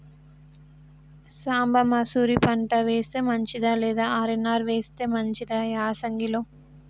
సాంబ మషూరి పంట వేస్తే మంచిదా లేదా ఆర్.ఎన్.ఆర్ వేస్తే మంచిదా యాసంగి లో?